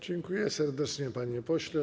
Dziękuję serdecznie, panie pośle.